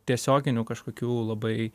tiesioginių kažkokių labai